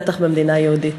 בטח במדינה יהודית.